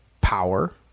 power